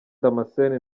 damascene